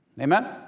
Amen